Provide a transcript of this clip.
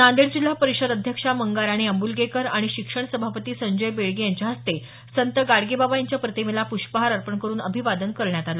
नांदेड जिल्हा परिषद अध्यक्षा मंगाराणी अंब्लगेकर आणि शिक्षण सभापती संजय बेळगे यांच्या हस्ते संत गाडगे बाबा यांच्या प्रतिमेला पृष्पहार अर्पण करुन अभिवादन करण्यात आल